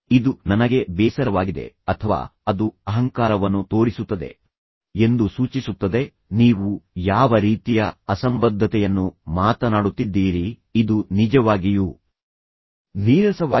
ಇದು ನನಗೆ ಬೇಸರವಾಗಿದೆ ಅಥವಾ ಅದು ಅಹಂಕಾರವನ್ನು ತೋರಿಸುತ್ತದೆ ಎಂದು ಸೂಚಿಸುತ್ತದೆ ನೀವು ಯಾವ ರೀತಿಯ ಅಸಂಬದ್ಧತೆಯನ್ನು ಮಾತನಾಡುತ್ತಿದ್ದೀರಿ ಇದು ನಿಜವಾಗಿಯೂ ನೀರಸವಾಗಿದೆ